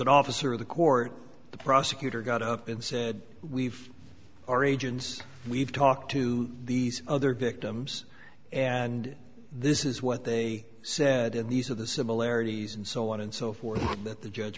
an officer of the court the prosecutor got up and say we've origins we've talked to these other victims and this is what they say these are the similarities and so on and so forth that the judge